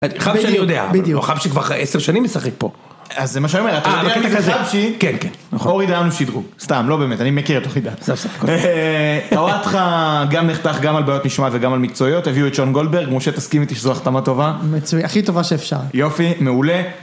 חבשי אני יודע, חבשי כבר עשר שנים משחק פה. אז זה מה שאני אומר, אתה יודע מי זה חבשי. כן, כן, נכון. אורי דאנלם שידרו, סתם, לא באמת, אני מכיר את אורי דאנלם, סתם, סתם. אוודחה גם נחתך גם על בעיות משמעת וגם על מקצועיות, הביאו את שון גולדברג, משה תסכים איתי שזו החתמה טובה. מצוין, הכי טובה שאפשר. יופי, מעולה.